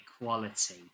equality